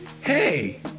Hey